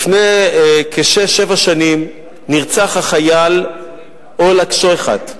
לפני שש-שבע שנים נרצח החייל אולג שייחט.